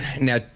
now